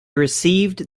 received